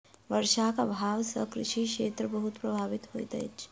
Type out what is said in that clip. वर्षाक अभाव सॅ कृषि क्षेत्र बहुत प्रभावित होइत अछि